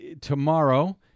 tomorrow